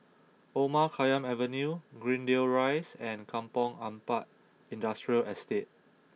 Omar Khayyam Avenue Greendale Rise and Kampong Ampat Industrial Estate